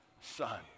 son